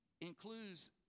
includes